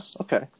Okay